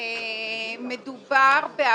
למרות